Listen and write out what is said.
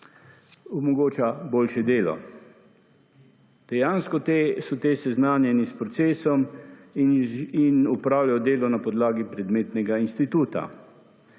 omogoča boljše delo. Dejansko so te seznanjeni s procesom in opravljajo delo na podlagi predmetnega instituta.